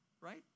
right